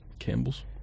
Campbell's